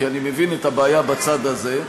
כי אני מבין את הבעיה בצד הזה.